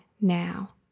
Now